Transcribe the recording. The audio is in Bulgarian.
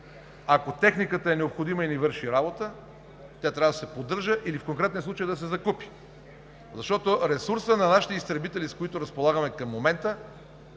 Ако техниката е необходима и ни върши работа, тя трябва да се поддържа или в конкретния случай да се закупи. Ресурсът на нашите изтребители, с които разполагаме в момента,